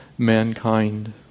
mankind